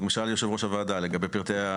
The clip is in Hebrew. שאל יושב-ראש הוועדה לגבי הפרטים,